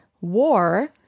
war